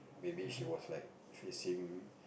maybe she was like facing